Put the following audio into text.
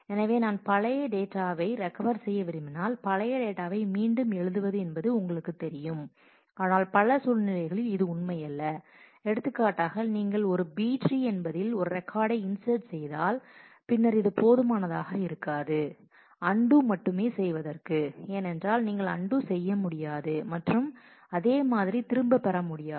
எனவே நான் பழைய டேட்டாவை ரெக்கவர் செய்ய விரும்பினால் பழைய டேட்டாவை மீண்டும் எழுதுவது என்பது உங்களுக்குத் தெரியும் ஆனால் பல சூழ்நிலைகளில் இது உண்மையல்ல எடுத்துக்காட்டாக நீங்கள் ஒரு B ட்ரீ tree என்பதில் ஒரு ரெக்கார்டை இன்சர்ட் செய்தால் பின்னர் இது போதுமானதாக இருக்காது அன்டூ மட்டுமே செய்வதற்கு ஏனென்றால் நீங்கள் அன்டூ செய்ய முடியாது மற்றும் அதே மாதிரி திரும்ப பெற முடியாது